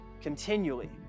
continually